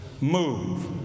move